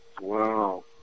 Wow